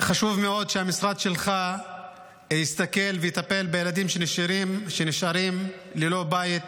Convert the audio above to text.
חשוב מאוד שהמשרד שלך יסתכל ויטפל בילדים שנשארים ללא בית.